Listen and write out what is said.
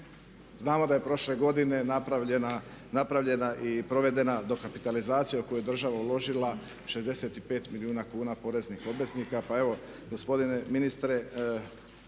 znamo da je prošle godine napravljena i provedene dokapitalizacija u koju je država uložila 65 milijuna kuna poreznih obveznika.